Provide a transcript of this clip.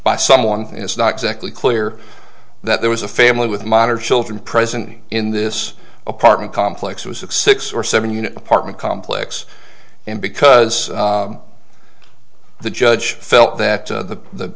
by someone it's not exactly clear that there was a family with modern children present in this apartment complex was it six or seven unit apartment complex and because the judge felt that the